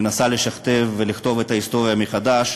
היא מנסה לשכתב ולכתוב את ההיסטוריה מחדש.